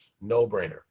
no-brainer